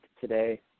today